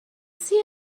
see